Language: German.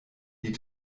die